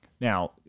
now